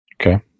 Okay